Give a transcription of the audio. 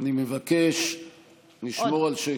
אני מבקש לשמור על שקט.